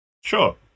Sure